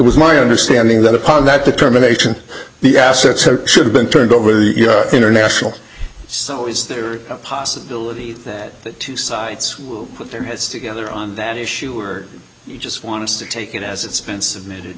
was my understanding that upon that determination the assets should have been turned over you are international so is there a possibility that the two sides put their heads together on that issue or you just want to take it as it's been submitted